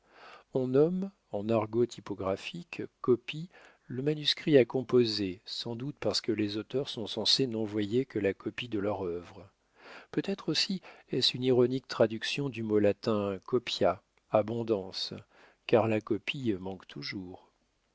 on nomme en argot typographique copie le manuscrit à composer sans doute parce que les auteurs sont censés n'envoyer que la copie de leur œuvre peut-être aussi est-ce une ironique traduction du mot latin copia abondance car la copie manque toujours